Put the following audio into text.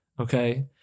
okay